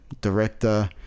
director